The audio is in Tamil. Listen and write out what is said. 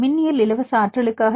மின்னியல் இலவச ஆற்றலுக்காக